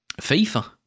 FIFA